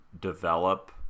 develop